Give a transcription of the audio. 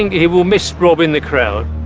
think he will miss rob in the crowd.